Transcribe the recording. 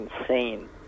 insane